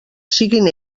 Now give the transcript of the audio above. siguin